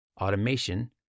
automation